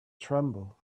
tremble